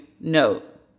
note